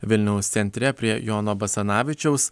vilniaus centre prie jono basanavičiaus